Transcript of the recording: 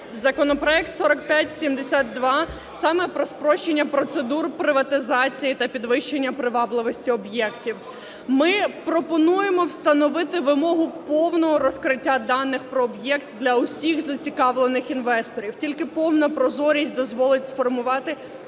Законопроект 4572 саме про спрощення процедур приватизації та підвищення привабливості об'єктів. Ми пропонуємо встановити вимогу повного розкриття даних про об'єкт для усіх зацікавлених інвесторів. Тільки повна прозорість дозволить сформувати